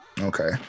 Okay